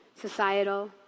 societal